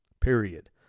period